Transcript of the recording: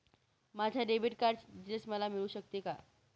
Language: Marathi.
माझ्या डेबिट कार्डचे डिटेल्स मिळू शकतील का?